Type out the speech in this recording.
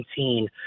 2019